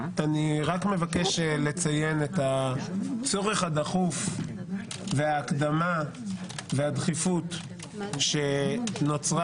מבקש לציין את הצורך הדחוף וההקדמה והדחיפות שנוצרה